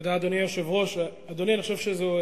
אדוני היושב-ראש, תודה.